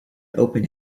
opened